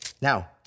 now